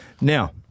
Now